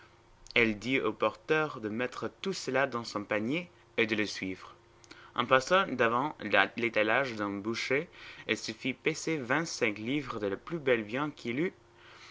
elle dit au porteur de mettre tout cela dans son panier et de la suivre en passant devant l'étalage d'un boucher elle se fit peser vingt-cinq livres de la plus belle viande qu'il eût